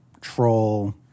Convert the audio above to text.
troll